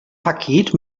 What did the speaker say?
paket